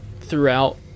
throughout